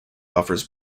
offers